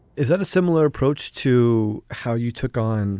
is that a similar approach to how you took on